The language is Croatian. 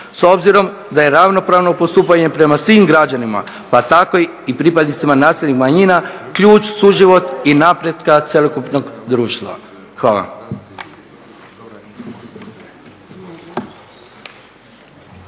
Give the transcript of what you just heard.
s obzirom da je ravnopravno postupanje prema svim građanima, pa tako i pripadnicima nacionalnih manjina ključ suživot i napretka cjelokupnog društva. Hvala.